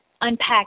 unpack